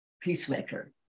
peacemaker